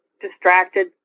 distracted